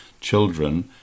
children